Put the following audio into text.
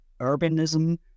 urbanism